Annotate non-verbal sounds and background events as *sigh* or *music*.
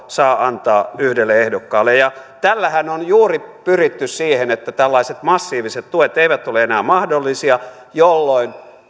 *unintelligible* saa antaa yhdelle ehdokkaalle tällähän on juuri pyritty siihen että tällaiset massiiviset tuet eivät ole enää mahdollisia jolloin